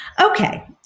Okay